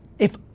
if,